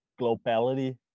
globality